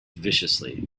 viciously